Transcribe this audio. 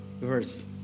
verse